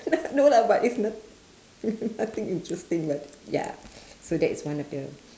no lah but it's not nothing interesting but ya so that is one of the